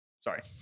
Sorry